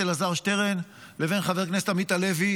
אלעזר שטרן לבין חבר הכנסת עמית הלוי,